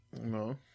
No